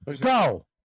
go